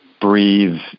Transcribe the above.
breathe